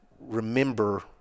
remember